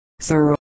sir